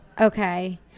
Okay